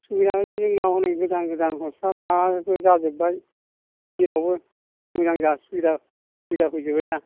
सुबिदा मानि जोंना ह'नै गोदान गोदान हस्पिटाल माबा माबि जाजोब बाय जेरावबो मोजां सुबिदा फैजोब बायना